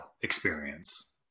experience